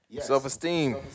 Self-esteem